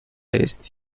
jest